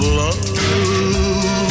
love